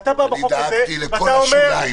ובדברים האלה --- אני דאגתי לכל השוליים.